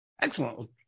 Excellent